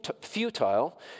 futile